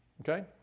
Okay